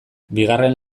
bigarren